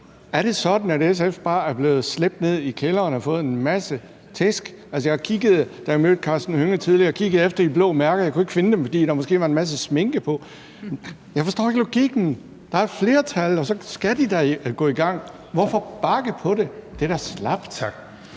Er det sådan, at SF bare er blevet slæbt ned i kælderen og har fået en masse tæsk? Altså, jeg kiggede efter de blå mærker, da jeg mødte hr. Karsten Hønge tidligere; jeg kunne ikke finde dem, fordi der måske var en masse sminke på dem. Jeg forstår ikke logikken. Der er et flertal, og så skal regeringen da gå i gang. Hvorfor bakke på det? Det er da slapt.